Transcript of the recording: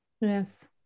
Yes